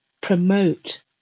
promote